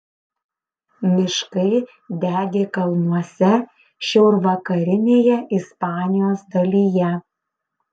miškai degė kalnuose šiaurvakarinėje ispanijos dalyje